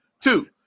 Two